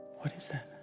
what is that?